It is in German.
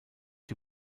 die